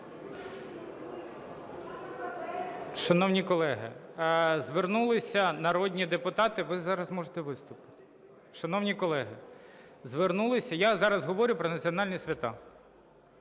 Шановні колеги, звернулися народні депутати… Ви зараз можете виступити. Шановні колеги, звернулися… Я зараз говорю про національні свята.